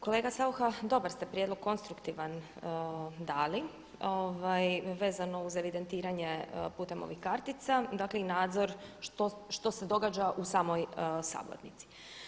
Kolega Saucha dobar ste prijedlog konstruktivan dali vezano uz evidentiranje putem ovih kartica dakle i nadzor što se događa u samoj sabornici.